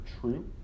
true